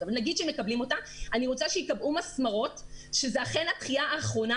אבל נניח שמקבלים אותה צריך לקבוע מסמרות שזו אכן הדחייה האחרונה